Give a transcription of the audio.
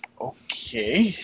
Okay